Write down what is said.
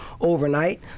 overnight